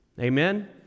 Amen